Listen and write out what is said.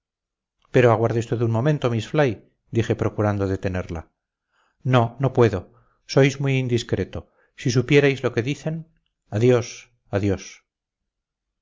pero aguarde usted un momento miss fly dije procurando detenerla no no puedo sois muy indiscreto si supierais lo que dicen adiós adiós